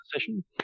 session